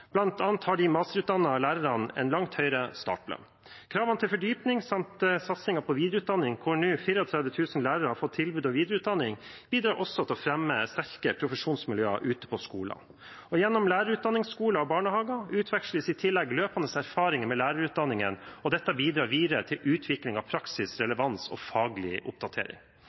annet har de masterutdannede lærerne en langt høyere startlønn. Kravene til fordypning samt satsingen på videreutdanning, der nå 34 000 lærere har fått tilbud om videreutdanning, bidrar også til å fremme sterke profesjonsmiljøer ute på skolene. Gjennom lærerutdanningsskoler og -barnehager utveksles i tillegg løpende erfaringer med lærerutdanningene, og dette bidrar videre til utvikling av praksis, relevans og faglig oppdatering.